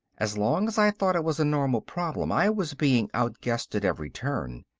as long as i thought it was a normal problem i was being outguessed at every turn.